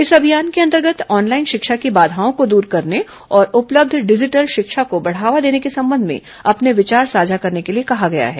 इस अभियान के अंतर्गत ऑनलाइन शिक्षा की बाधाओं को दूर करने और उपलब्ध डिजिटल शिक्षा को बढ़ावा देने के संबंध में अपने विचार साझा करने के लिए कहा गया है